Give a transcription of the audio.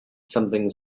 something